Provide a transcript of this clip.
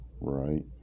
right